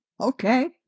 Okay